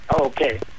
Okay